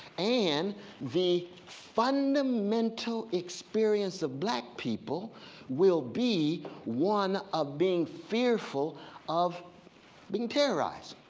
and the fundamental experience of black people will be one of being fearful of being terrorized.